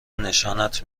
نشانت